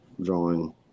drawing